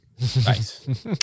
Nice